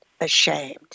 ashamed